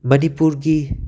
ꯃꯅꯤꯄꯨꯔꯒꯤ